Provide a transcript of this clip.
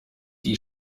die